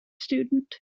student